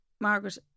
Margaret